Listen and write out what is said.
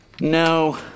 No